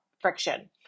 friction